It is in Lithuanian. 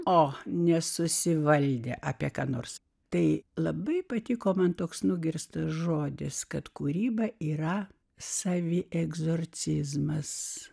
o nesusivaldė apie ką nors tai labai patiko man toks nugirstas žodis kad kūryba yra savi egzorcizmas